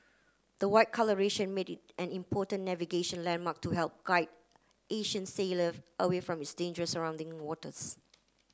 the white colouration made it an important navigation landmark to help guide ancient sailor away from its danger surrounding waters